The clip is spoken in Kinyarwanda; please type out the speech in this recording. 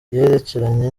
yerekeranye